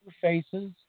faces